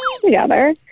together